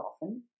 often